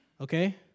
okay